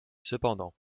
cependant